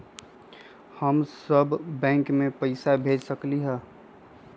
हम सब बैंक में पैसा भेज सकली ह?